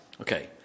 Okay